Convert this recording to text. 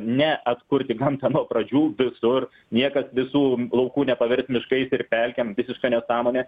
ne atkurti gamtą nuo pradžių visur niekas visų laukų nepavers miškais ir pelkėm visiška nesąmonė